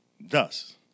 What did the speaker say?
Thus